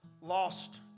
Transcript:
lost